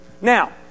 now